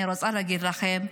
אני רוצה להגיד לכם,